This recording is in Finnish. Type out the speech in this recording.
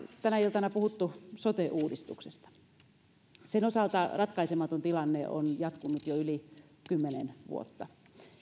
tänä iltana puhuttu sote uudistuksesta sen osalta ratkaisematon tilanne on jatkunut jo yli kymmenen vuotta